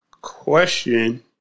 question